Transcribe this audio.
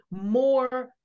more